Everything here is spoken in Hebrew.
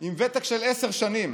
עם ותק של עשר שנים.